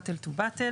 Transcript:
באטל טו באטל.